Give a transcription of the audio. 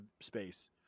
space